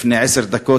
לפני עשר דקות,